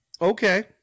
Okay